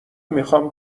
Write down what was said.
میخام